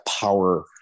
power